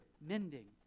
mending